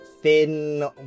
Thin